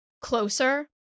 closer